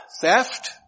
theft